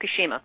Fukushima